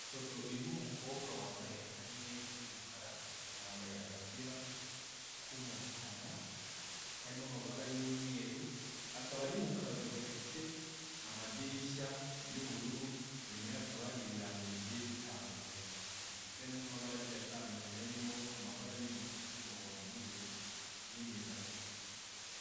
Ifoto irimo umukobwa wambaye amarinete y'umukara, yambaye agapira k'umukara karimo amabara y'umweru, akaba ari mu kazu gafite amadirishya y'ubururu inyuma yaho hakaba hari ibirango bigiye bitandukanye, bifite n'amaba agiye atandukanye arimo amabara y'umutuku, umuhondo n''ubururu n'imibare.